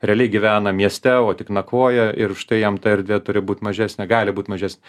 realiai gyvena mieste o tik nakvoja ir štai jam ta erdvė turi būt mažesnė gali būt mažesn